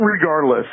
regardless